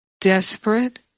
desperate